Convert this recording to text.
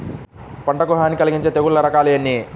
పంటకు హాని కలిగించే తెగుళ్ళ రకాలు ఎన్ని?